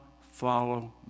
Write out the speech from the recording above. follow